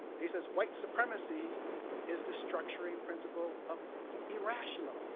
he says, white supremacy is the structuring principle of the irrational